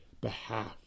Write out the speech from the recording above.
behalf